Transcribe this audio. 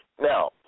Now